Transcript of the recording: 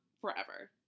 forever